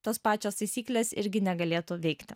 tos pačios taisyklės irgi negalėtų veikti